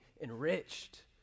enriched